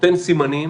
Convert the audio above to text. נותן סימנים,